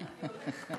אני הולכת.